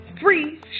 Three